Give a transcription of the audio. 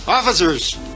Officers